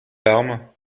larmes